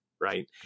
right